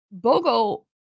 Bogo